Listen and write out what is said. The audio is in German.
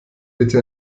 bitte